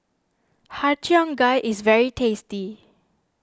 Har Cheong Gai is very tasty